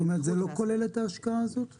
זאת אומרת זה לא כולל את ההשקעה הזאת?